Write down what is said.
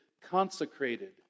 consecrated